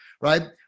right